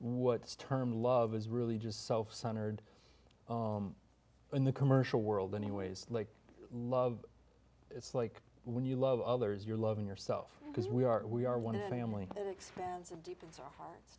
what term love is really just self centered in the commercial world anyways like love it's like when you love others you're loving yourself because we are we are one of the family that expansive deep into our hearts